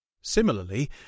Similarly